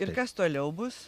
ir kas toliau bus